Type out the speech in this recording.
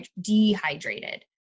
dehydrated